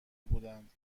بودند